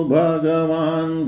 bhagavan